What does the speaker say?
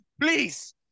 Please